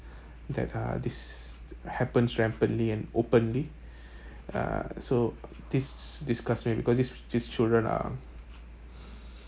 that uh this happens rampantly and openly uh so this disgust me because this this children are